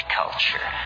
culture